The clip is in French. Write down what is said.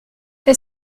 est